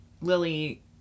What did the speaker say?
lily